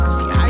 See